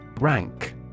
Rank